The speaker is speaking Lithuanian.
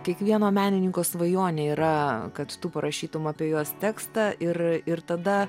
kiekvieno menininko svajonė yra kad tu parašytum apie juos tekstą ir ir tada